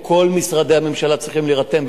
כל משרדי הממשלה צריכים להירתם,